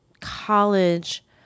college